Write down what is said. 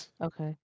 Okay